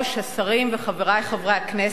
השרים וחברי חברי הכנסת,